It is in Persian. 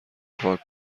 پاک